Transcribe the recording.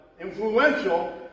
influential